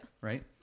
Right